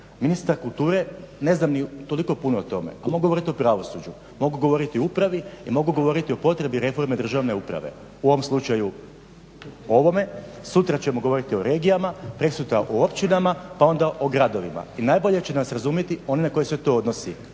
ministar kulture, ne znam ni toliko puno o tome, ali mogu govoriti o pravosuđu, mogu govoriti o upravi i mogu govoriti o potrebi reforme državne uprave, u ovom slučaju ovome, sutra ćemo govoriti o regijama, prekosutra o općinama pa onda o gradovima i najbolje će nas razumjeti oni na koje se to odnosi,